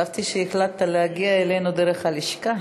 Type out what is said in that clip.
חשבתי שהחלטת להגיע אלינו דרך הלשכה.